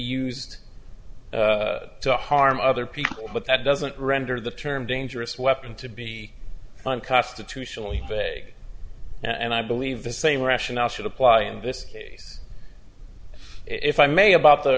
used to harm other people but that doesn't render the term dangerous weapon to be unconstitutionally vague and i believe the same rationale should apply in this case if i may about the